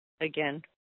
Again